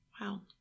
Wow